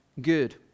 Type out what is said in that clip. good